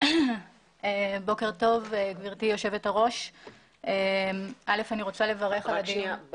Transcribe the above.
בוקר טוב, גברתי יושבת הראש, אני נציגת